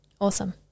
Awesome